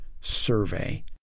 survey